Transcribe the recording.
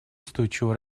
устойчивого